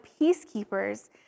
peacekeepers